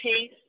peace